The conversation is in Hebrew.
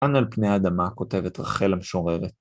כאן על פני האדמה כותבת רחל המשוררת.